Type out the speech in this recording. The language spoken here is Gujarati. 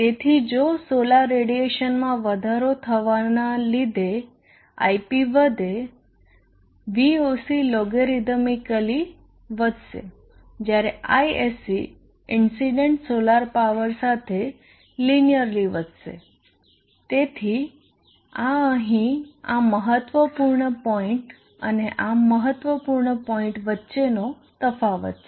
તેથી જો સોલર રેડિયેશનમાં વધારો થવાને લીધે ip વધે Voc લોગરીધમીકલી વધશે જ્યારે Isc ઇન્સીડન્ટ સોલાર પાવર સાથે લીનીયરલી વધશે તેથી આ અહીં આ મહત્વપૂર્ણ પોઈન્ટ અને આ મહત્વપૂર્ણ પોઈન્ટ વચ્ચેનો તફાવત છે